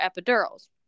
epidurals